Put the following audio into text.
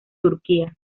turquía